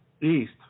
East